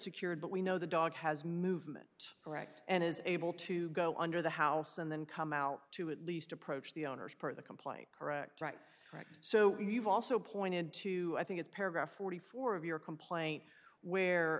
d but we know the dog has movement correct and is able to go under the house and then come out to at least approach the owners per the complaint correct right ok so we've also pointed to i think it's paragraph forty four of your complaint where